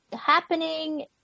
happening